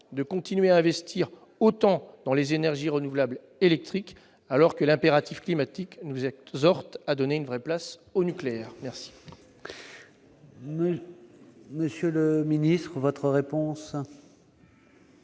de continuer à investir autant dans les énergies renouvelables électriques, alors que l'impératif climatique nous exhorte à donner une vraie place au nucléaire ?